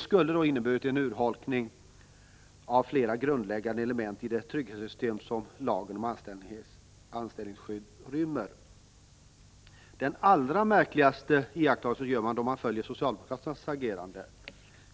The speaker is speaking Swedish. skulle ha inneburit en urholkning av flera grundläggande element i det trygghetssystem som lagen om anställningsskydd rymmer. Den allra märkligaste iakttagelsen gör man då man följer socialdemokraternas agerande.